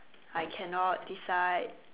I cannot decide